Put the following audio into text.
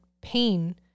pain